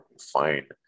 Fine